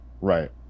Right